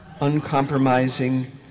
uncompromising